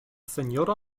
seniora